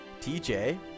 TJ